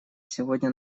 сегодня